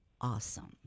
awesome